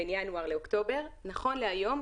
נכון להיום,